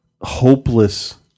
hopeless